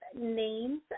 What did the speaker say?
names